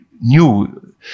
new